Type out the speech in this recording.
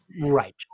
right